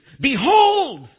Behold